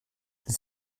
pli